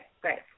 great